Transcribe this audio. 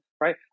right